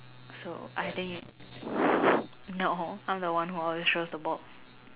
so I think is no I'm the one who always throws the ball